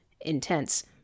intense